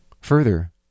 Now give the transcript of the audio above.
Further